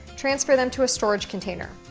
transfer them to a storage container.